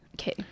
okay